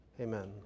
Amen